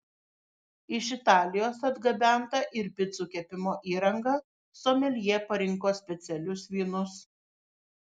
iš italijos atgabenta ir picų kepimo įranga someljė parinko specialius vynus